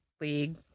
league